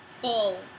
full